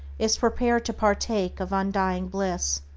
is prepared to partake of undying bliss.